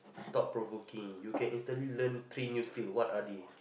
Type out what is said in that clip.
thought-provoking you can instantly learn three new skills what are they